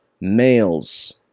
Males